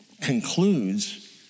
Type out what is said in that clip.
concludes